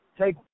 take-